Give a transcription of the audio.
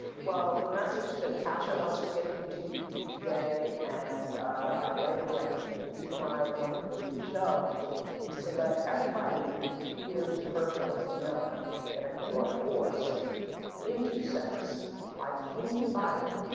well, the message that tascha wants to get to you today and our later guest, and the reason why i wanted to do this show is to let everybody who hears her voice to know that if you are forced into sex by anybody,